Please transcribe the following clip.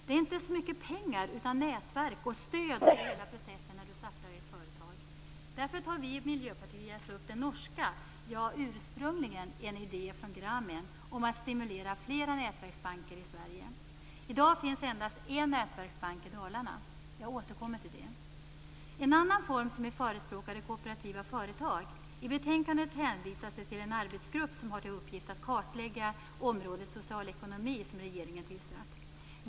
Det behövs inte så mycket pengar utan nätverk och stöd under hela processen när du startar ett företag. Därför tar vi i Miljöpartiet upp den norska idén - ursprungligen en idé från Grameen - om att stimulera flera nätverksbanker i Sverige. I dag finns endast en nätverksbank i Dalarna. Jag återkommer till detta. En annan form som vi förespråkar är kooperativa företag. I betänkandet hänvisas det till den arbetsgrupp som regeringen tillsatt, som har till uppgift att kartlägga området social ekonomi.